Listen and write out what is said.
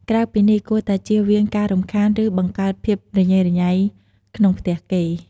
ក្រៅពីនេះ គួរតែជៀសវាងការរំខាន ឬ បង្កើតភាពរញេរញៃក្នុងផ្ទះគេ។